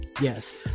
Yes